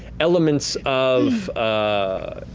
elements of, ah